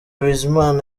bizimana